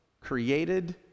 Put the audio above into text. created